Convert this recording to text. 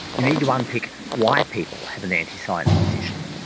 you need to unpick why people have an anti-science position,